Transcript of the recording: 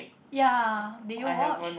ya did you watch